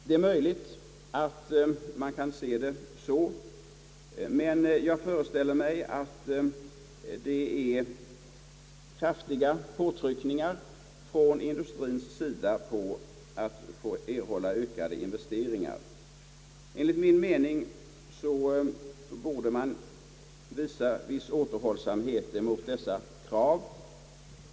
Det är möjligt att man kan se det så, men jag föreställer mig att det förekommer kraftiga påtryckningar från industrien för att erhålla ökade investeringar. Enligt min mening borde man visa viss återhållsamhet mot dessa krav.